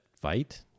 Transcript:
fight